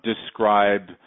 describe